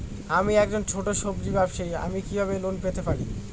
আমি একজন ছোট সব্জি ব্যবসায়ী আমি কিভাবে ঋণ পেতে পারি?